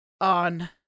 on